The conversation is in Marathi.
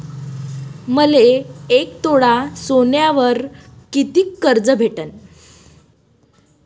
मले एक तोळा सोन्यावर कितीक कर्ज भेटन?